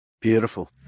Beautiful